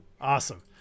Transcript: awesome